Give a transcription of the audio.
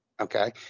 okay